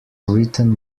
written